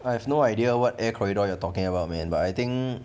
I have no idea what air corridor you are talking man but I think